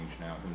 now